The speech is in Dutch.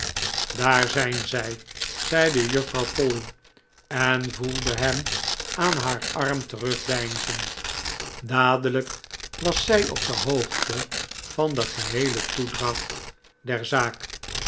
daar zijn zij zeide juffrouw polly en voelde hem aan haar arm terugdeinzen dadelijk was zij op de hoogte van de geheele toedracht der zaak